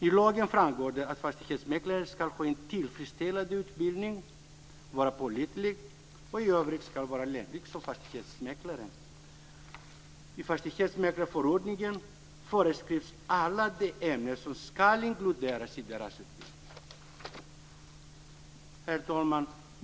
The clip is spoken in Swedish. I lagen framgår det att fastighetsmäklaren ska ha en tillfredsställande utbildning, vara pålitlig och i övrigt ska vara lämplig som fastighetsmäklare. I fastighetsmäklarförordningen föreskrivs alla de ämnen som ska inkluderas i fastighetsmäklarens utbildning. Herr talman!